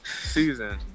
season